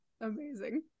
Amazing